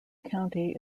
county